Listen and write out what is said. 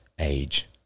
age